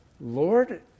Lord